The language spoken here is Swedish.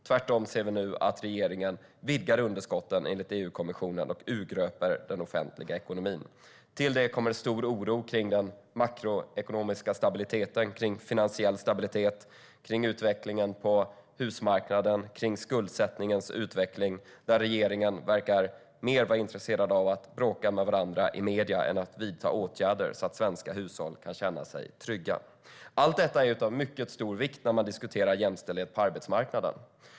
Tvärtom ser vi nu att regeringen vidgar underskotten enligt EU-kommissionen och urgröper den offentliga ekonomin. Till detta kommer en stor oro kring den makroekonomiska stabiliteten, kring finansiell stabilitet, kring utvecklingen på husmarknaden och kring skuldsättningens utveckling, där man i regeringen verkar vara mer intresserad av att bråka med varandra i medierna än att vidta åtgärder så att svenska hushåll kan känna sig trygga. Allt detta är av mycket stor vikt när man diskuterar jämställdhet på arbetsmarknaden.